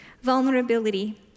Vulnerability